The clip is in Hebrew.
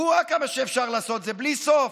אוה, כמה שאפשר לעשות את זה, בלי סוף.